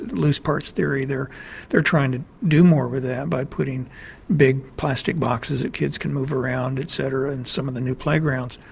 loose parts theory, they're they're trying to do more with that by putting big plastic boxes that kids can move around et cetera in some of the new playgrounds.